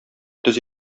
төз